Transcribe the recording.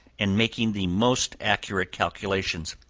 and making the most accurate calculations.